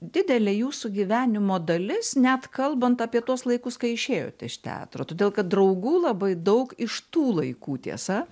didelė jūsų gyvenimo dalis net kalbant apie tuos laikus kai išėjot iš teatro todėl kad draugų labai daug iš tų laikų tiesa